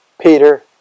Peter